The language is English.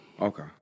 Okay